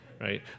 right